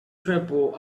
trembled